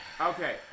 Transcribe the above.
Okay